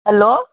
hello